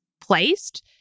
placed